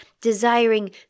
desiring